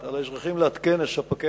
שאל את שר התשתיות